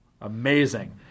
Amazing